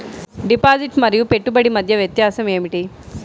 Deposit మరియు పెట్టుబడి మధ్య వ్యత్యాసం ఏమిటీ?